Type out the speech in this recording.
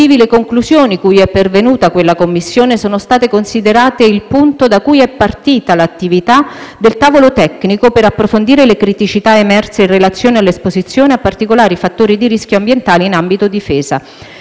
le conclusioni cui è pervenuta quella Commissione sono state considerate il punto da cui è partita l'attività del tavolo tecnico, per approfondire le criticità emerse in relazione all'esposizione a particolari fattori di rischio ambientale in ambito Difesa.